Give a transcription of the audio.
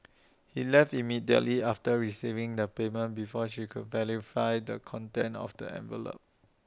he left immediately after receiving the payment before she could verify the contents of the envelope